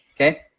okay